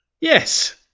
Yes